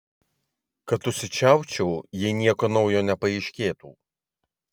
kad užsičiaupčiau jei nieko naujo nepaaiškėtų